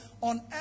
on